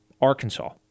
Arkansas